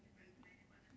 fully packed ah